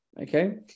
okay